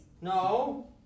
No